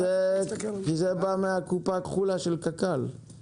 כי זה בא מן הקופה הכחולה של קק"ל,